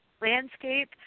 landscape